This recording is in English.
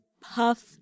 puff